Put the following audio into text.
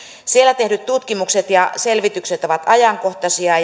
siellä tehdyt tutkimukset ja selvitykset ovat ajankohtaisia